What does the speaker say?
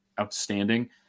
outstanding